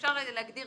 אפשר להגדיר